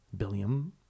William